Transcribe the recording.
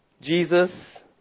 Jesus